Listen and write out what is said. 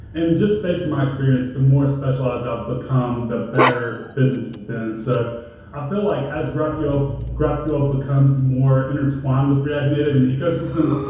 and just based in my experience, the more specialized i've become, the better business has been. so i feel like as graphql graphql becomes more intertwined with react native in the ecosystem,